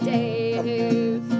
Dave